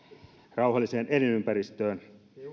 rauhalliseen elinympäristöön